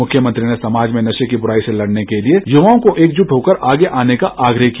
मुख्यमंत्री ने समाज में नशे की बुराई से लड़ने के लिए युवाओं को एकजुट होकर आगे आने का आग्रह किया